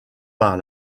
par